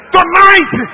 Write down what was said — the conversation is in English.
Tonight